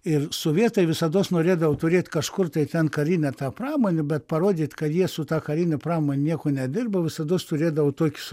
ir sovietai visados norėdavo turėti kažkur tai ten karinę pramonę bet parodyt kad jie su ta karine pramone nieko nedirba visados turėdavo tokius